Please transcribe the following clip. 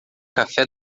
café